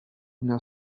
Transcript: una